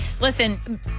listen